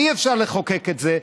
ואי-אפשר לחוקק את זה,